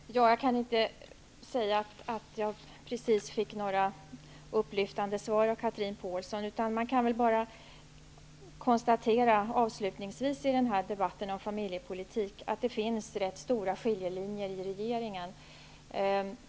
Fru talman! Jag kan inte precis säga att jag fick några upplyftande svar av Chatrine Pålsson. Man kan väl bara avslutningsvis i den här debatten om familjepolitik konstatera att det finns rätt stora skillnader i regeringen.